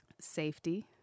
safety